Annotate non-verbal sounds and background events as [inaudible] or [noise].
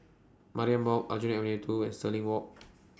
Mariam Walk Aljunied Avenue two and Stirling Walk [noise]